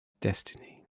destiny